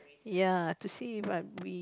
yeah to see what we